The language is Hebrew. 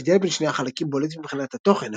ההבדל בין שני החלקים בולט מבחינת התוכן,